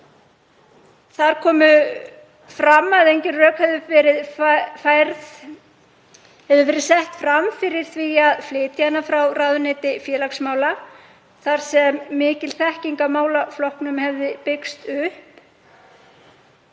Þar kom fram að engin rök hefðu verið sett fram fyrir því að flytja hana frá ráðuneyti félagsmála þar sem mikil þekking á málaflokknum hefði byggst upp.